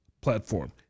platform